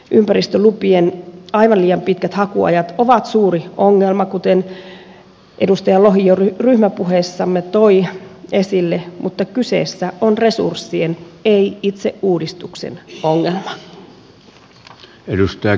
ympäristölupien aivan liian pitkät hakuajat ovat suuri ongelma kuten edustaja lohi jo ryhmäpuheessamme toi esille mutta kyseessä on resurssien ei itse uudistuksen ongelma